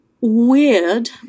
Weird